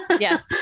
Yes